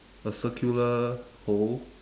a circular hole